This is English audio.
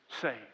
saved